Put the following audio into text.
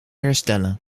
herstellen